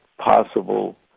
possible